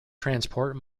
transport